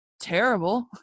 terrible